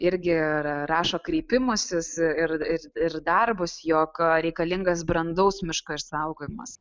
irgi ir rašo kreipimusis ir ir darbus jog reikalingas brandaus miško išsaugojimas